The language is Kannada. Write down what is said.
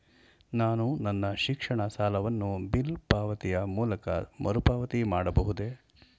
ನಾನು ನನ್ನ ಶಿಕ್ಷಣ ಸಾಲವನ್ನು ಬಿಲ್ ಪಾವತಿಯ ಮೂಲಕ ಮರುಪಾವತಿ ಮಾಡಬಹುದೇ?